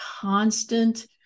constant